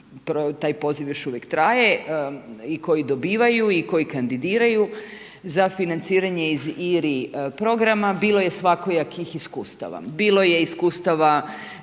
taj poziv još uvijek traje i koji dobivaju i koji kandidiraju za financiranje iz IRI programa, bilo je svakojakih iskustava. Bilo je iskustava